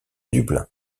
dublin